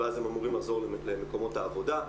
ואף הם אמורים לחזור למקומות העבודה.